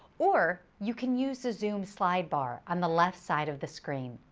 or, you can use the zoom slide-bar on the left side of the screen.